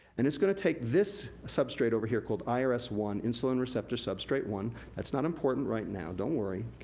and it's gonna take this substrate over here called irs one, insulin receptor substrate one. that's not important right now, don't worry.